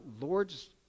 Lord's